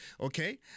okay